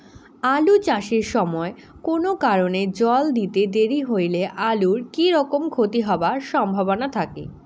আলু চাষ এর সময় কুনো কারণে জল দিতে দেরি হইলে আলুর কি রকম ক্ষতি হবার সম্ভবনা থাকে?